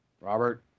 Robert